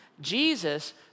Jesus